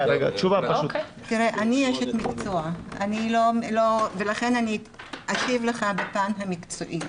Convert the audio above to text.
אני אשת מקצוע ולכן אני אשיב לך בפן המקצועי.